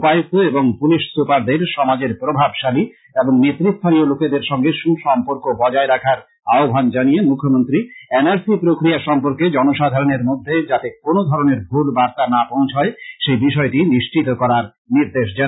উপায়ুক্ত এবং পুলিশ সুপারদের সমাজের প্রভাশালী ও নেতৃস্থানীয় লোকেদের সঙ্গে সুসম্পর্ক বজায় রাখার আহ্বান জানিয়ে মুখ্যমন্ত্রী এন আর সি প্রক্রীয়া সম্পর্কে জনসাধারণের মধ্যে যাতে কোন ধরণের ভূল বার্তা না পৌছয় সেই বিষয়টি নিশ্চিত করার নির্দেশ দেন